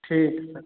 ठीक है सर